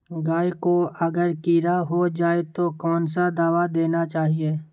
गाय को अगर कीड़ा हो जाय तो कौन सा दवा देना चाहिए?